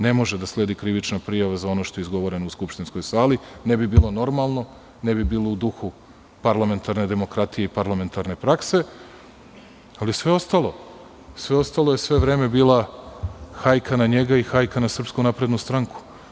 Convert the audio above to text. Ne može da sledi krivična prijava za ono što je izgovoreno u skupštinskoj sali, ne bi bilo normalno, ne bi bilo u duhu parlamentarne demokratije i parlamentarne prakse, ali sve ostalo je sve vreme bila hajka na njega i hajka na SNS.